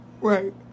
Right